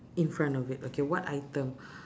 in front of it okay what item